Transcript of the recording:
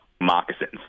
moccasins